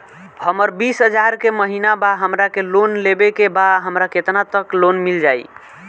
हमर बिस हजार के महिना बा हमरा के लोन लेबे के बा हमरा केतना तक लोन मिल जाई?